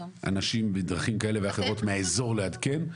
אנשים בדרכים כאלה ואחרות מהאזור לעדכן,